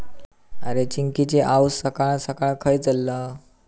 अरे, चिंकिची आऊस सकाळ सकाळ खंय चल्लं?